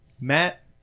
Matt